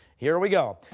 here we go.